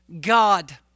God